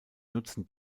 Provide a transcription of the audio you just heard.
nutzen